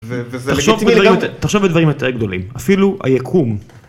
תחשב בדברים יותר גדולים, אפילו היקום.